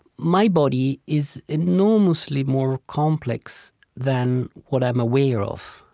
my body is enormously more complex than what i'm aware of.